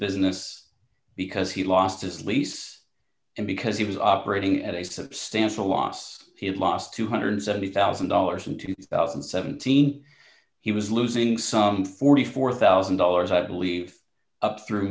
business because he lost his lease and because he was operating at a substantial loss he had lost two hundred and seventy thousand dollars in two thousand and seventeen he was losing some forty four thousand dollars i believe up through